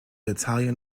italian